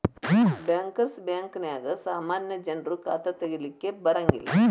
bankers ಬ್ಯಾಂಕ ನ್ಯಾಗ ಸಾಮಾನ್ಯ ಜನ್ರು ಖಾತಾ ತಗಿಲಿಕ್ಕೆ ಬರಂಗಿಲ್ಲಾ